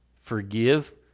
Forgive